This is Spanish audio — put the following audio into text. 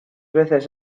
veces